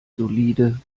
solide